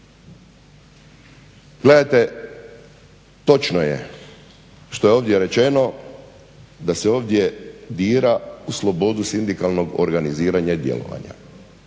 Gledajte, točno je što je ovdje rečeno da se ovdje dira u slobodu sindikalnog organiziranja i djelovanja